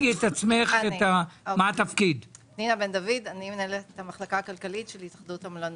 אני מנהלת את המחלקה הכלכלית של התאחדות המלונות.